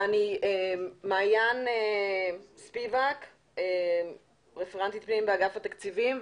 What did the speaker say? מעין ספיבק, רפרנטית פנים באגף התקציבים.